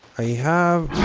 i have